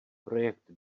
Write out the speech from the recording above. projekt